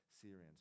Syrians